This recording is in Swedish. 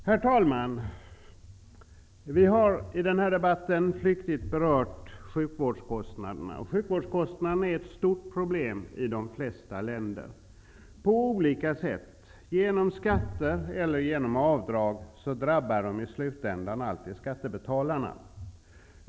Herr talman! Vi har i den här debatten flyktigt berört sjukvårdskostnaderna. De är ett stort problem i de flesta länder. På olika sätt, genom skatter eller genom avdrag, drabbar de i slutänden alltid skattebetalarna.